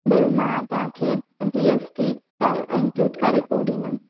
भेण मां तव्हां खे जी ऐस टी कर इनक्लुड करे पोइ ॾींदमि